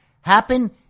happen